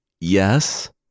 yes